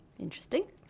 interesting